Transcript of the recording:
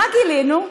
מה גילינו?